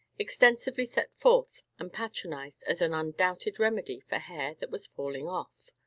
extensively set forth and patronized as an undoubted remedy for hair that was falling off.